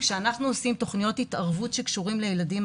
כשאנחנו עושים תוכניות התערבות שקשורים לילדים,